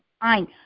fine